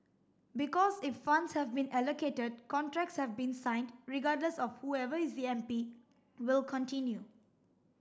because if funds have been allocated contracts have been signed regardless of whoever is the M P will continue